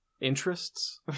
Interests